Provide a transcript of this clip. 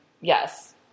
Yes